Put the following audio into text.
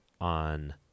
on